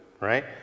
right